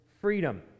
freedom